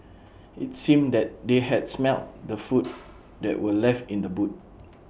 IT seemed that they had smelt the food that were left in the boot